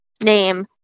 name